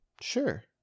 Sure